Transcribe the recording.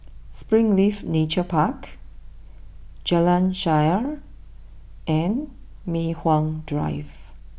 Springleaf Nature Park Jalan Shaer and Mei Hwan Drive